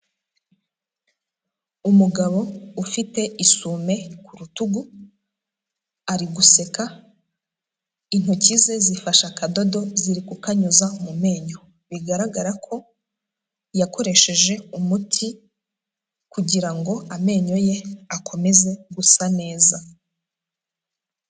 Umugabo ufite isume ku rutugu, ari guseka, intoki ze zifashe akadodo ziri kukanyuza mu menyo, bigaragara ko yakoresheje umuti kugira ngo amenyo ye akomeze gusa neza.